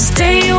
Stay